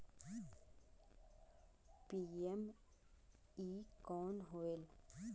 PME कौन होयल?